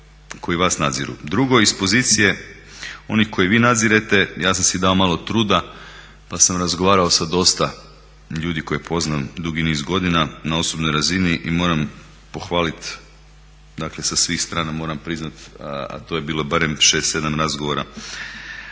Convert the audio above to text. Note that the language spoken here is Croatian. koji vas nadziru. Drugo iz pozicije onih koje vi nadzirete, ja sam si dao malo truda pa sam razgovarao sa dosta ljudi koje poznam dugi niz godina na osobnoj razini i moram pohvaliti, dakle sa svih strana moram priznati a to je bilo barem 6, 7 razgovora